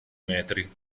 metri